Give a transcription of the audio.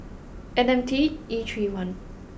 N M T E three one